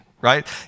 right